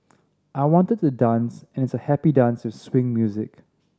I wanted to dance and it's a happy dance with swing music